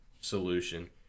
solution